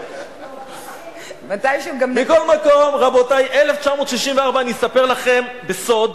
מכל מקום, רבותי, 1964, אני אספר לכם בסוד,